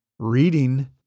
reading